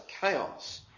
chaos